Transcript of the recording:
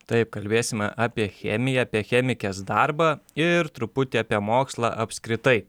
taip kalbėsime apie chemiją apie chemikės darbą ir truputį apie mokslą apskritai